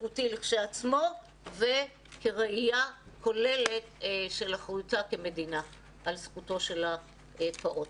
איכותי לכשעצמו וכראייה כוללת את אחריותה כמדינה על זכותו של הפעוט.